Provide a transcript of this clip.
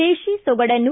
ದೇಶಿ ಸೊಗಡನ್ನು